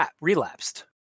relapsed